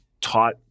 taught